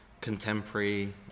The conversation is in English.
contemporary